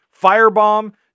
Firebomb